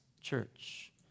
church